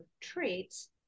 traits